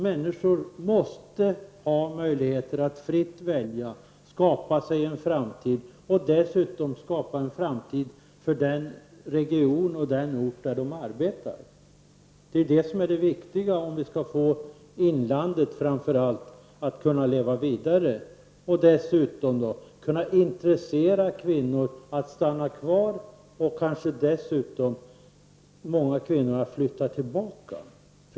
Människor måste ha möjligheter att fritt välja och skapa sig en framtid, och dessutom skapa en framtid för den region och ort där de arbetar. Det är viktigt framför allt om vi ska få inlandet att kunna leva vidare, och dessutom kunna intressera kvinnor för att stanna kvar -- många kvinnor flyttar tillbaka.